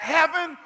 Heaven